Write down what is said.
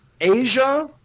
Asia